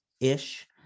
ish